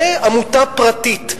זו עמותה פרטית,